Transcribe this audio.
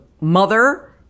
mother